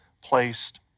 placed